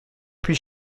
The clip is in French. puis